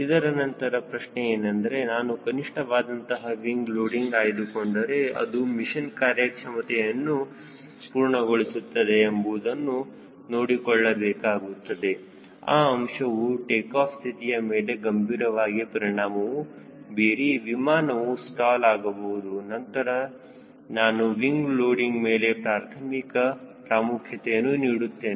ಇದರ ನಂತರ ಪ್ರಶ್ನೆ ಏನೆಂದರೆ ನಾನು ಕನಿಷ್ಠವಾದಂತಹ ವಿಂಗ್ ಲೋಡಿಂಗ್ ಆಯ್ದುಕೊಂಡರೆ ಅದು ಮಿಷನ್ ಕಾರ್ಯಕ್ಷಮತೆಯನ್ನು ಪೂರ್ಣಗೊಳಿಸುತ್ತದೆ ಎಂಬುದನ್ನು ನೋಡಿಕೊಳ್ಳಬೇಕಾಗುತ್ತದೆ ಆ ಅಂಶವು ಟೇಕಾಫ್ ಸ್ಥಿತಿಯ ಮೇಲೆ ಗಂಭೀರವಾಗಿ ಪರಿಣಾಮವು ಬೀರಿ ವಿಮಾನವು ಸ್ಟಾಲ್ ಆಗಬಹುದು ನಂತರ ನಾನು ವಿಂಗ್ ಲೋಡಿಂಗ್ ಮೇಲೆ ಪ್ರಾರ್ಥಮಿಕ ಪ್ರಾಮುಖ್ಯತೆಯನ್ನು ನೀಡುತ್ತೇನೆ